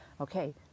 okay